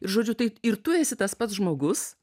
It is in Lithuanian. žodžiu tai ir tu esi tas pats žmogus